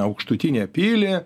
aukštutinę pylį